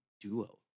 duo